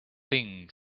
thing